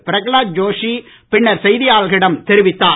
பிரகலாத் ஜோஷி பின்னர் செய்தியாளர்களிடம் தெரிவித்தார்